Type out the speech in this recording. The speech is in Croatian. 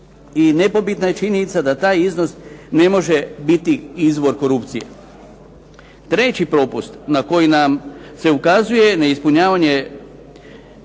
i nepobitna je činjenica da taj iznos ne može biti izvor korupcije. Treći propust na koji nam se ukazuje neispunjavanje